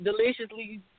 deliciously